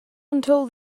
until